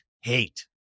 hate